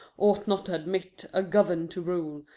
ought not admit a governor to rule,